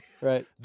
Right